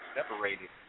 Separated